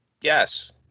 Yes